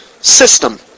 system